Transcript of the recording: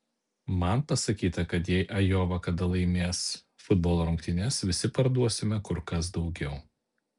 man pasakyta kad jei ajova kada laimės futbolo rungtynes visi parduosime kur kas daugiau